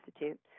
Institute